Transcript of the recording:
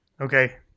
Okay